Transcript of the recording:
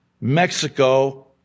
Mexico